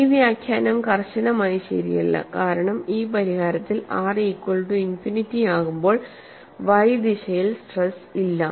ആ വ്യാഖ്യാനം കർശനമായി ശരിയല്ല കാരണം ഈ പരിഹാരത്തിൽ R ഈക്വൽ റ്റു ഇൻഫിനിറ്റി ആകുമ്പോൾ y ദിശയിൽ സ്ട്രെസ് ഇല്ല